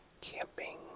camping